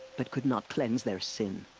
but could not cleanse their sin.